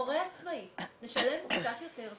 הורה עצמאי נשלם קצת יותר,